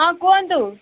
ହଁ କୁହନ୍ତୁ